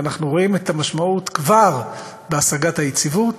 ואנחנו רואים את המשמעות, כבר, בהשגת היציבות